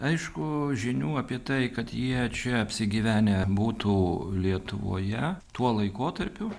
aišku žinių apie tai kad jie čia apsigyvenę būtų lietuvoje tuo laikotarpiu